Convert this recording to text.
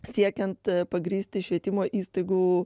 siekiant pagrįsti švietimo įstaigų